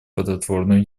плодотворную